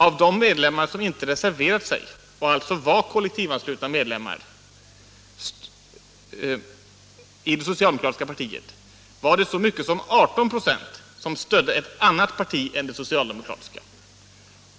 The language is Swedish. Av de medlemmar som inte reserverat sig och alltså var kollektivanslutna medlemmar i det socialdemokratiska partiet var det så mycket som 18 26 som stödde ett annat parti än det socialdemokratiska.